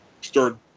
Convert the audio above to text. start